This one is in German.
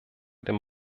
dem